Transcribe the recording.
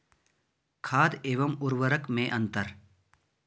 खाद एवं उर्वरक में अंतर?